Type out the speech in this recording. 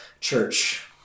church